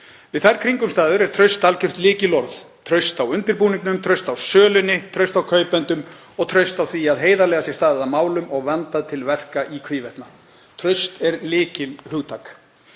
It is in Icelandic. Við þær kringumstæður er traust algjört lykilorð, traust á undirbúningnum, traust á sölunni, traust á kaupendum og traust á því að heiðarlega sé staðið að málum og vandað til verka í hvívetna. Traust er lykilhugtak.